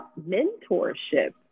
mentorship